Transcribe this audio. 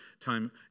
time